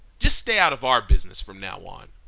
just stay out of our business from now on.